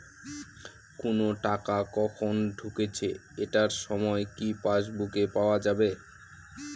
কোনো টাকা কখন ঢুকেছে এটার সময় কি পাসবুকে পাওয়া যাবে?